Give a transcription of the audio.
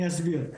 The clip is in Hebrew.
אני אסביר,